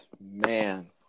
Man